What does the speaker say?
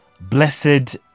blessed